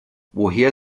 woher